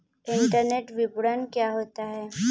Internet विपणन क्या होता है?